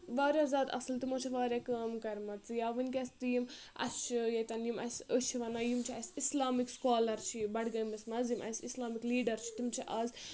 واریاہ زیادٕ اَصٕل تِمو چھِ واریاہ کٲم کرمٕژ یا ؤنکیٚس تہِ یِم اَسہِ چھِ ییٚتؠن یِم اَسہِ أسۍ چھِ وَنان یِم چھِ اَسہِ اِسلامِک سکالر چھِ بَڈگٲمِس منٛز یِم اَسہِ اِسلامِک لیٖڈَر چھِ تِم چھِ آز